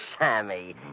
Sammy